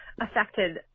affected